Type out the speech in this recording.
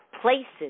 places